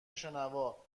شنوا